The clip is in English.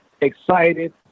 excited